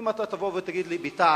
אם אתה תבוא ותגיד לי: בתע"ש,